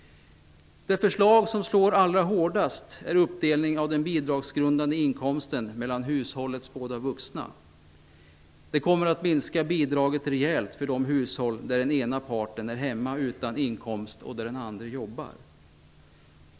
Det förslag som slår allra hårdast är uppdelningen av den bidragsgrundande inkomsten mellan hushållets båda vuxna. Det kommer att minska bidraget rejält för de hushåll där den ena parten är hemma utan inkomst och där den andre jobbar.